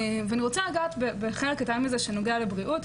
ואני רוצה לגעת בחלק קטן מזה שנוגע לבריאות,